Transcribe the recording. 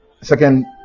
Second